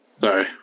Sorry